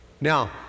now